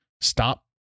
stop